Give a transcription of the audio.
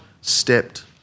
stepped